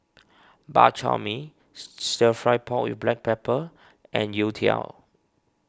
Bak Chor Mee Stir Fried Pork with Black Pepper and Youtiao